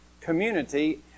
community